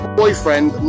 boyfriend